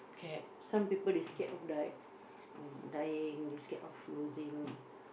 some people they scared of die~ uh dying they scared of dying they scared of losing